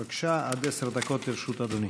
בבקשה, עד עשר דקות לרשות אדוני.